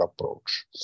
approach